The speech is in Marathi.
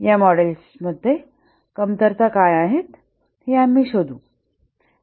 या मॉडेल्सच्या कमतरता काय आहेत हे आम्ही शोधू